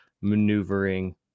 maneuvering